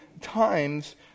times